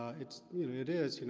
ah it's, you know it is, you know,